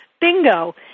bingo